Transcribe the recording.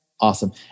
Awesome